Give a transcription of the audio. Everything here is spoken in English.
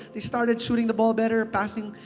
they started shooting the ball better, passing,